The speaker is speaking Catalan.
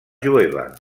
jueva